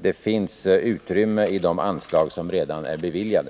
Det finns utrymme härför i de anslag som redan är beviljade.